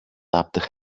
tapped